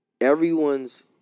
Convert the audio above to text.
everyone's